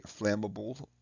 flammable